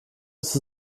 ist